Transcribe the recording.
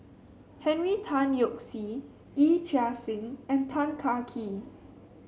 Henry Tan Yoke See Yee Chia Hsing and Tan Kah Kee